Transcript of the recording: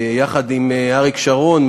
יחד עם אריק שרון,